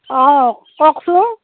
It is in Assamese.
অ কওকচোন